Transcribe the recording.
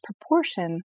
proportion